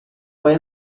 poi